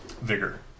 Vigor